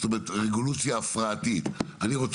זאת אומרת,